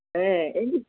ஆ